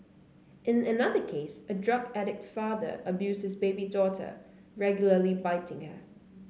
in another case a drug addict father abuses his baby daughter regularly biting her